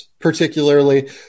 particularly